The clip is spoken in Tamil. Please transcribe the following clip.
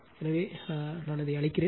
எனவே அதை அழிக்கிறேன்